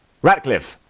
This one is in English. ratcliff.